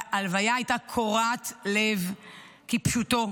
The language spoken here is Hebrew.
ההלוויה הייתה קורעת לב כפשוטו.